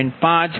5 0